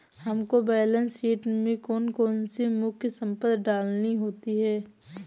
हमको balance sheet में कौन कौन सी मुख्य संपत्ति डालनी होती है?